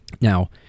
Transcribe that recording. Now